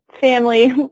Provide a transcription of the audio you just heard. family